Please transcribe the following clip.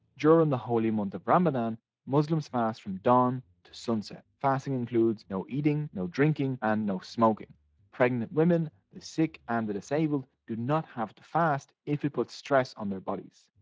during the holy month of ramadan muslims fast from dawn to sunset. fasting includes no eating. no drinking. and no smoking pregnant women, the sick, and the disabled do not have to fast if it puts stress on their bodies.